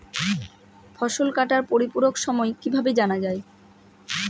ফসল কাটার পরিপূরক সময় কিভাবে জানা যায়?